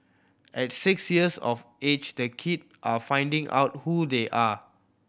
at six years of age the kid are finding out who they are